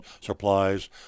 supplies